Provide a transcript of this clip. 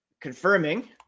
confirming